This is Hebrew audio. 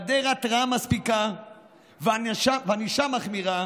והיעדר הרתעה מספיקה וענישה מחמירה